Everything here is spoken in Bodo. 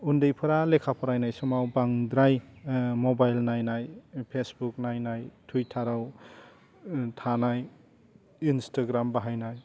उन्दैफ्रा लेखा फरायनाय समाव बांद्राय मबाइल नायनाय फेसबुक नायनाय टुइटाराव थानाय इन्सटाग्राम बाहायनाय